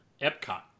Epcot